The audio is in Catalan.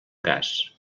gas